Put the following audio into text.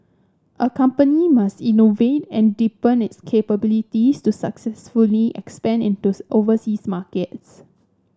a company must innovate and deepen its capabilities to successfully expand into overseas markets